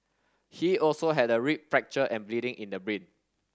he also had a rib fracture and bleeding in the brain